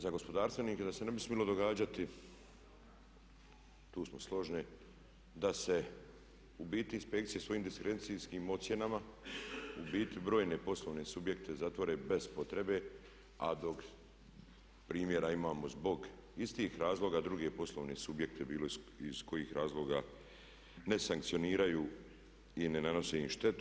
Za gospodarstvenike da se ne bi smjelo događati tu smo složni da se u biti inspekcije svojim diskrecijskim ocjenama u biti brojne poslovne subjekte zatvore bez potrebe, a dok primjera imamo zbog istih razloga druge poslovne subjekte bilo iz kojih razloga ne sankcioniraju i ne nanose im štetu.